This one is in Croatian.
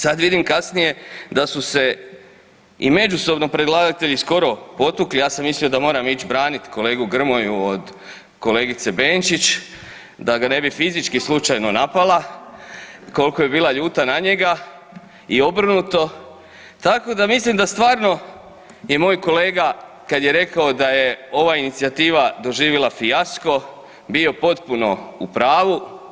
Sad vidim kasnije da su se i međusobno predlagatelji skoro potukli, ja sam mislio da moram ići branit kolegu Grmoju od kolegice Benčić da ga ne bi fizički slučajno napala, koliko je bila ljuta na njega i obrnuto, tako da mislim da stvarno je moj kolega kad je rekao da je ova inicijativa doživjela fijasko bila potpuno u pravu.